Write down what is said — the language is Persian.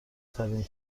ترین